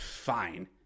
Fine